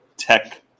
tech